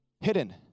Hidden